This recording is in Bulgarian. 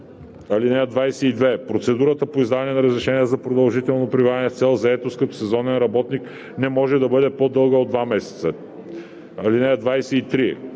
(22) Процедурата по издаване на разрешение за продължително пребиваване с цел заетост като сезонен работник не може да бъде по-дълга от два месеца. (23)